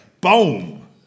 Boom